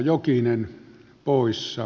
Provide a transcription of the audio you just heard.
arvoisa puhemies